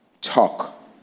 talk